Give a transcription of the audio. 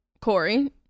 Corey